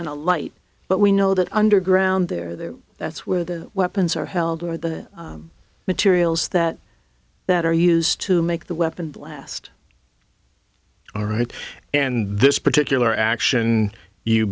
and a light but we know that underground there that's where the weapons are held where the materials that that are used to make the weapons last all right and this particular action you